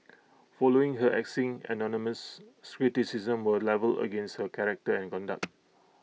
following her axing anonymous criticisms were levelled against her character and conduct